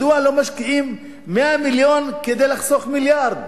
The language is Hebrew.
מדוע לא משקיעים 100 מיליון כדי לחסוך מיליארד?